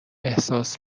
احساس